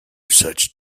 such